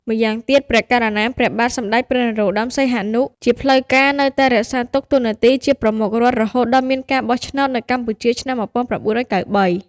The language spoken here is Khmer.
ម្យ៉ាងទៀត ព្រះករុណាព្រះបាទសម្តេចព្រះ នរោត្តម សីហនុ ជាផ្លូវការនៅតែរក្សទុកតួនាទីជាប្រមុខរដ្ឋរហូតដល់មានការបោះឆ្នោតនៅ កម្ពុជាឆ្នាំ១៩៩៣។